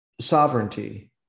sovereignty